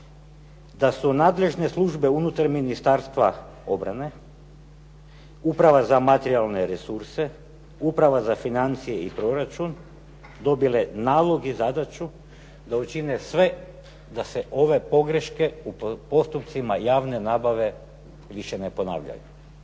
da su nadležne službe unutar Ministarstva obrane, Uprava za materijalne resurse, Uprava za financije i proračun dobile nalog i zadaću da učine sve da se ove pogreške u postupcima javne nabave više ne ponavljaju.